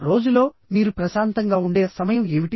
రోజులో మీరు ప్రశాంతంగా ఉండే సమయం ఏమిటి